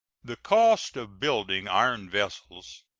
the cost of building iron vessels,